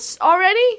already